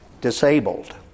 disabled